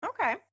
okay